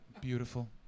Beautiful